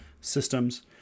systems